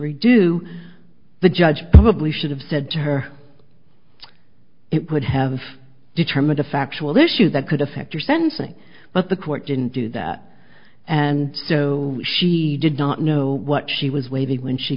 jury do the judge probably should have said to her it would have determined a factual issue that could affect her sentencing but the court didn't do that and so she did not know what she was waiving when she